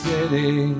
City